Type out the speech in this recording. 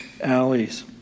alleys